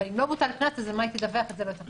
אבל אם לא הוטל קנס, אז מה יש לדווח בסופו של דבר?